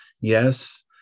yes